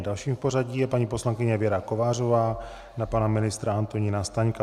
Další v pořadí je paní poslankyně Věra Kovářová na pana ministra Antonína Staňka.